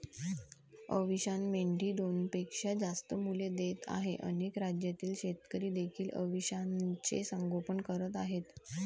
अविशान मेंढी दोनपेक्षा जास्त मुले देत आहे अनेक राज्यातील शेतकरी देखील अविशानचे संगोपन करत आहेत